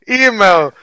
email